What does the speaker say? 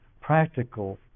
practical